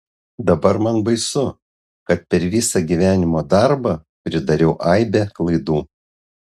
dabar man baisu kad per visą gyvenimo darbą pridariau aibę klaidų